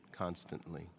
constantly